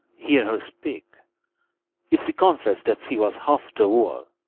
hear her speak if she confess that she was half the wooer,